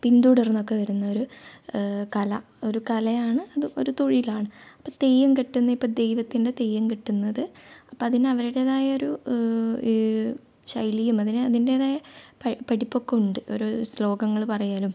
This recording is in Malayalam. പിന്തുടർന്നൊക്കെ വരുന്നൊരു കല ഒരു കലയാണ് അത് ഒരു തൊഴിലാണ് അപ്പം തെയ്യം കെട്ടുന്നതിപ്പോൾ ദൈവത്തിൻ്റെ തെയ്യം കെട്ടുന്നത് അപ്പോൾ അതിനവരുടേതായ ശൈലിയും അതിനു അതിൻ്റെതായ പ പഠിപ്പൊക്കെ ഉണ്ട് ഓരോ ശ്ലോകങ്ങൾ പറയലും